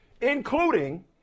including